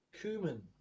cumin